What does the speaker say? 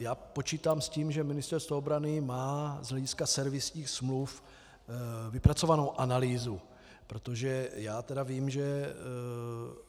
Já počítám s tím, že Ministerstvo obrany má z hlediska servisních smluv vypracovanou analýzu, protože já tedy vím,